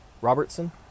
Robertson